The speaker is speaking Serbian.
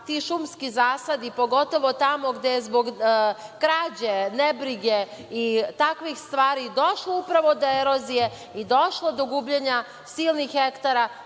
ti šumski zasadi, pogotovo tamo gde je zbog krađe, nebrige i takvih stvari došlo upravo do erozije i došlo do gubljenja silnih hektara,